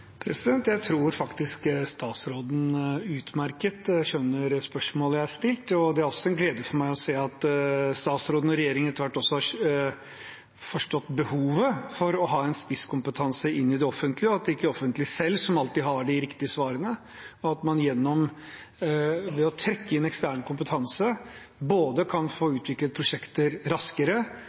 Jeg tror faktisk statsråden utmerket skjønner spørsmålet jeg har stilt. Det er også en glede for meg å se at statsråden og regjeringen etter hvert har forstått behovet for å ha spisskompetanse inn i det offentlige, at det ikke alltid er det offentlige selv som har de riktige svarene, og at man gjennom å trekke inn ekstern kompetanse kan få utviklet prosjekter både raskere